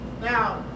Now